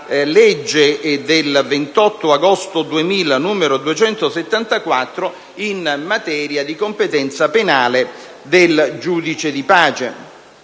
legge 28 agosto 2000, n. 274, in materia di competenza penale del giudice di pace.